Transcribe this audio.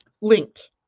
linked